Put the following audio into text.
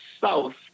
South